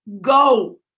go